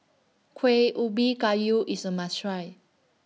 Kuih Ubi Kayu IS A must Try